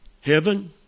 Heaven